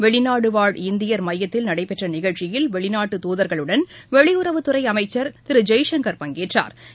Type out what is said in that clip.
வெளிநாடுவாழ் இந்தியா் மையத்தில் நடைபெற்றநிகழ்ச்சியில் வெளிநாட்டு தூதா்களுடன் வெளியுறவுத் துறைஅமைச்சா் திருஜெயசங்கா் பங்கேற்றாா்